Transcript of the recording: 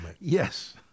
Yes